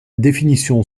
définition